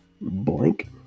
blank